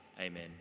Amen